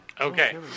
Okay